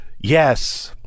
yes